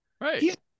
Right